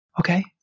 Okay